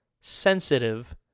sensitive